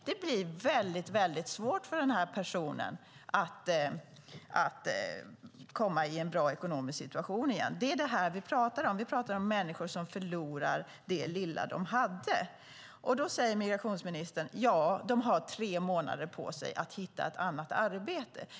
Det blir mycket svårt för dessa personer att komma tillbaka till en bra ekonomisk situation. Det är detta som vi talar om. Vi talar om människor som förlorar det lilla som de hade. Då säger migrationsministern att de har tre månader på sig att hitta ett annat arbete.